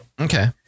Okay